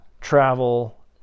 travel